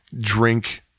drink